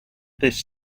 this